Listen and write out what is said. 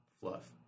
fluff